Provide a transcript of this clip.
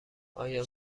آیا